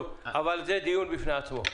טוב, אבל זה דיון בפני עצמו.